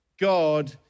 God